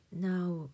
now